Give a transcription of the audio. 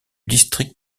district